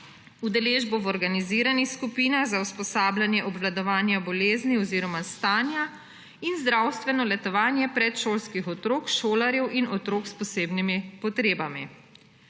udeležbo v organiziranih skupinah za usposabljanje obvladovanja bolezni oziroma stanja in zdravstveno letovanje predšolskih otrok, šolarjev in otrok s posebnimi potrebami.